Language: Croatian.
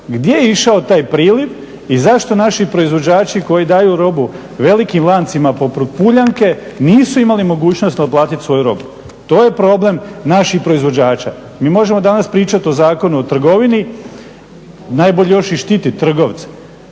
Gdje je išao taj priliv i zašto naši proizvođači koji daju robu velikim lancima poput Puljanke nisu imali mogućnost naplatiti svoju robu? To je problem naših proizvođača. Mi možemo danas pričati o Zakonu o trgovini, najbolje još i štititi trgovce,